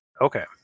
Okay